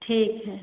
ठीक है